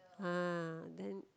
ah then